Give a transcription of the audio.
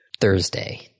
Thursday